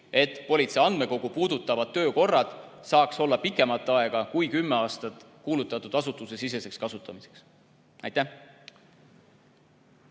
et politsei andmekogu puudutavad töökorrad saaks olla pikemalt kui kümme aastat määratud asutusesiseseks kasutamiseks. Aitäh